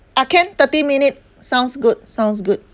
ah can thirty minute sounds good sounds good